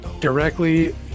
directly